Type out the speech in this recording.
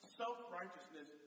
self-righteousness